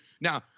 Now